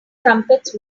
trumpets